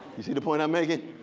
you see the point i'm making?